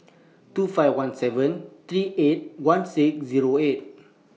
two five one seven three eight one six Zero eight